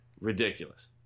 Ridiculous